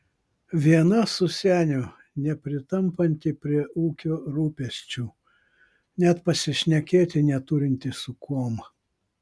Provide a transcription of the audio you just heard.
viena su seniu nepritampanti prie ūkio rūpesčių net pasišnekėti neturinti su kuom